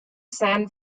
san